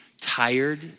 Tired